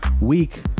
week